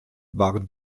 waren